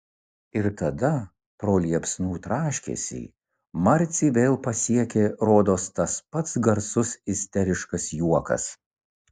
ir tada pro liepsnų traškesį marcį vėl pasiekė rodos tas pats garsus isteriškas juokas